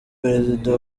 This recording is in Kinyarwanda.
perezida